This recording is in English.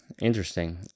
interesting